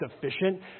sufficient